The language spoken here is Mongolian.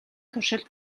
туршилт